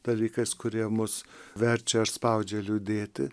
dalykais kurie mus verčia spaudžia liūdėti